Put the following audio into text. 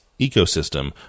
ecosystem